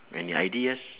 any ideas